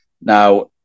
now